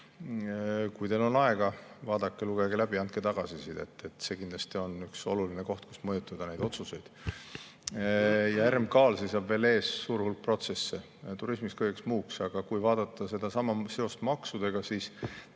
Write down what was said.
kui teil on aega, vaadake, lugege läbi, andke tagasisidet. See on kindlasti üks oluline koht, kus saab mõjutada neid otsuseid. RMK‑l seisab veel ees suur hulk protsesse turismi ja kõige muuga. Aga kui vaadata seda seost maksudega, siis